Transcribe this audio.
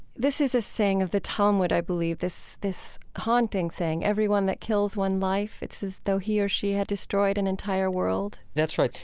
this is a saying of the talmud, i believe, this this haunting saying, every one that kills one life, it's as though he or she had destroyed an entire world that's right.